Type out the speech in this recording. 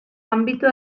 ámbito